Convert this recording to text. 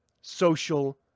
social